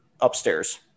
upstairs